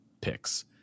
picks